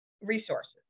resources